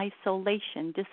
isolation